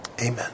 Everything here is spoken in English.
Amen